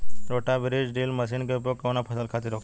रोटा बिज drill machine के उपयोग कऊना फसल खातिर होखेला?